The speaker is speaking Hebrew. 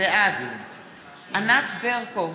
בעד ענת ברקו,